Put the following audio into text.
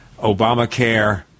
Obamacare